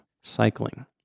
cycling